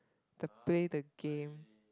the play the game